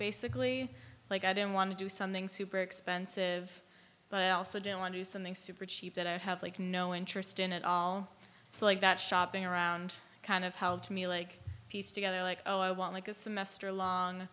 basically like i don't want to do something super expensive but also gentle and do something super cheap that i have like no interest in it all so like that shopping around kind of how to me like piece together like oh i want like a semester long